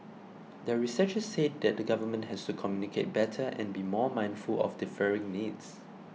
the researchers said that the Government has to communicate better and be more mindful of differing needs